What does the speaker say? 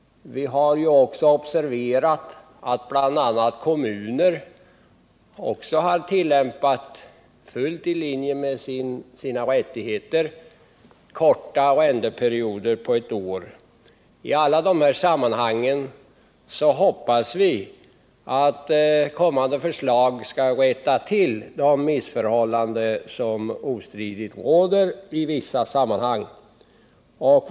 Vi har konstaterat att bl.a. kommuner, i linje med sina rättigheter, har tillämpat korta arrendeperioder på ett år. Vi hoppas att kommande lagförslag skall rätta till de missförhållanden som ostridigt råder på detta område.